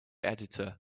editor